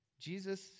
jesus